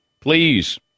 Please